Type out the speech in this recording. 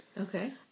Okay